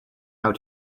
how